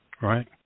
Right